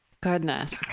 Goodness